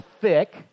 thick